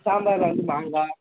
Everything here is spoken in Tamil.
சாம்பாரில் வந்து மாங்காய்